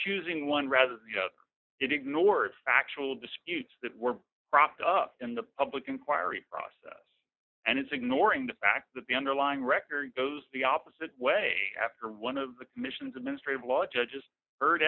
choosing one rather ignored factual disputes that were propped up in the public inquiry process and is ignoring the fact that the underlying record goes the opposite way after one of the commission's administrative law judges heard